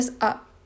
up